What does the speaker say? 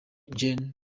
gen